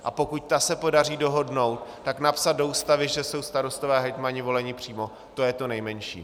A pokud ta se podaří dohodnout, tak napsat do Ústavy, že jsou starostové a hejtmani voleni přímo, to je to nejmenší.